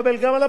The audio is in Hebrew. וגם על הקצבה.